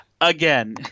again